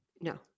no